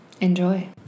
enjoy